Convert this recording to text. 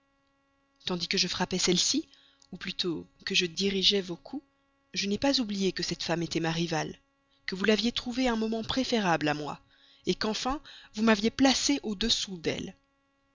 tandis que je frappais celle-ci ou plutôt que je dirigeais vos coups je n'ai pas oublié que cette femme était ma rivale que vous l'aviez trouvée préférable à moi qu'enfin vous m'aviez placée au-dessous d'elle